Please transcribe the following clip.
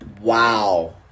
Wow